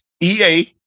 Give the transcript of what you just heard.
EA